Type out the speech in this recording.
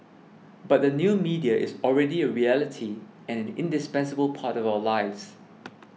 but the new media is already a reality and indispensable part of our lives